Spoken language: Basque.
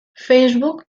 facebook